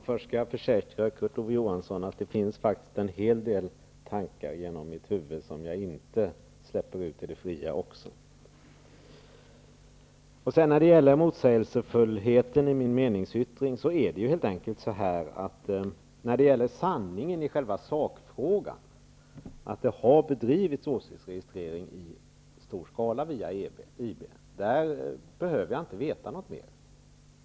Herr talman! Först försäkrar jag, Kurt Ove Johansson, att det faktiskt finns en hel del tankar i mitt huvud som jag inte släpper ut i det fria. När det gäller detta med att min meningsyttring skulle vara motsägelsefull vill jag säga följande. Om sanningen i själva sakfrågan -- att det har bedrivits åsiktsregistrering i stor skala via IB -- behöver jag inte veta mera.